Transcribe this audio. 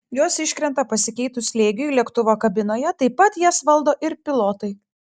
jos iškrenta pasikeitus slėgiui lėktuvo kabinoje taip pat jas valdo ir pilotai